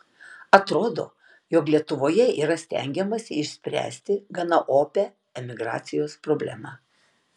atrodo jog lietuvoje yra stengiamasi išspręsti gana opią emigracijos problemą